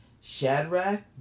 Shadrach